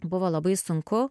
buvo labai sunku